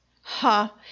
Ha